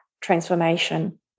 transformation